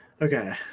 Okay